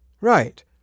Right